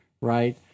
right